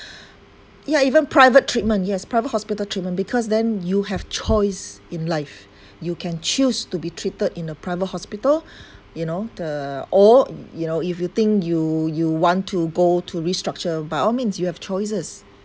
ya even private treatment yes private hospital treatment because then you have choice in life you can choose to be treated in a private hospital you know the or you know if you think you you want to go to restructure by all means you have choices